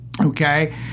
Okay